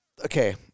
okay